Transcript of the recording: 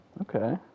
Okay